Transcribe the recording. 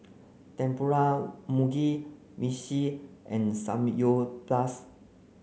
Tempura Mugi Meshi and Samgyeopsal